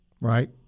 Right